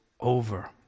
over